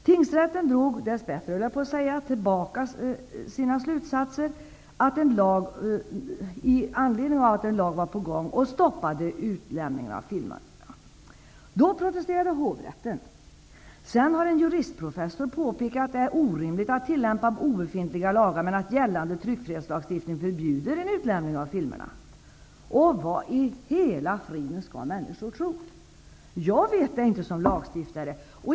Tingsrätten drog dess bättre tillbaka sina slutsatser med anledning av att en lag var på gång och stoppade utlämningen av filmerna. Då protesterade hovrätten. Sedan har en juristprofessor påpekat att det är orimligt att tillämpa obefintliga lagar men att gällande tryckfrihetslagstiftning förbjuder en utlämning av filmerna. Vad i hela friden skall människor tro? Jag vet inte det som lagstiftare.